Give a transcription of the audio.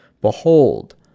Behold